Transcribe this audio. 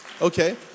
Okay